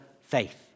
faith